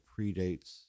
predates